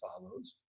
follows